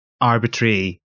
arbitrary